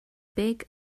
big